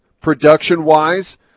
production-wise